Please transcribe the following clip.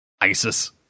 ISIS